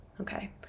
Okay